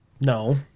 No